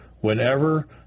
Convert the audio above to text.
Whenever